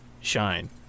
shine